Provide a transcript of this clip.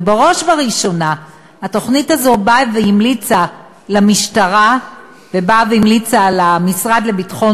ובראש ובראשונה התוכנית הזאת באה והמליצה למשטרה ולמשרד לביטחון